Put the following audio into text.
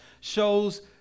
shows